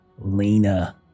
Lena